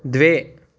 द्वे